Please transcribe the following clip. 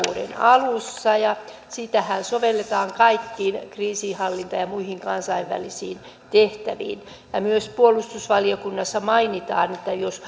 alussa ja sitähän sovelletaan kaikkiin kriisinhallinta ja ja muihin kansainvälisiin tehtäviin myös puolustusvaliokunnassa mainitaan että jos